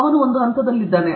ಅವರು ಒಂದು ಹಂತದಲ್ಲಿದ್ದಾರೆ